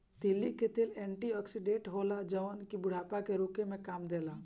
तीली के तेल एंटी ओक्सिडेंट होला जवन की बुढ़ापा के रोके में काम देला